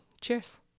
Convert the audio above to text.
Cheers